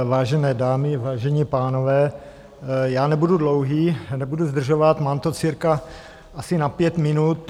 Vážené dámy, vážení pánové, já nebudu dlouhý, nebudu zdržovat, mám to cirka asi na pět minut.